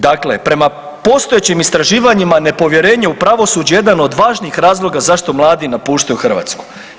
Dakle, prema postojećim istraživanjima nepovjerenje u pravosuđe je jedan od važnih razloga zašto mladi napuštaju Hrvatsku.